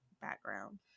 background